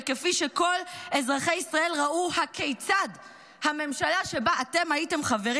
וכל אזרחי ישראל ראו כיצד הממשלה שבה אתם הייתם חברים